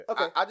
Okay